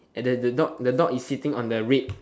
and then the dog the dog is sitting on the reds